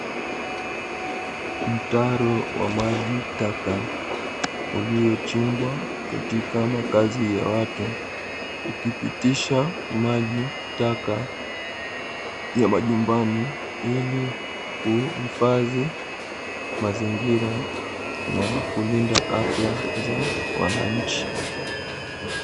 Mtaro wa maji taka ,uliochimbwa katika makazi ya watu ,ukipitisha maji taka ya majumbani ili kuhifadhi mazingira, na kulinda afya za wananchi.